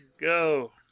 Go